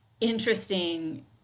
interesting